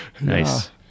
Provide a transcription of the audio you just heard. Nice